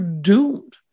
doomed